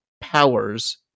powers